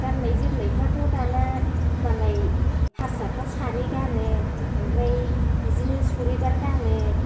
गाननाय जोमनायफ्राथ' दाना मालाय हारसाफ्रा सारि गानो ओमफ्राय बिदिनो सुरिदार गानो